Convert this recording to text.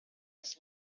his